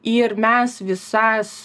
ir mes visas